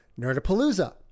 Nerdapalooza